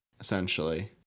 essentially